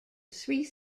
three